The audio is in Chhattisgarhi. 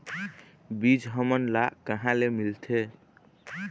बीज हमन ला कहां ले मिलथे?